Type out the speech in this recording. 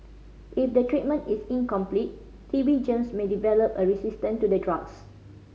if the treatment is incomplete T B germs may develop a resistance to the drugs